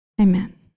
Amen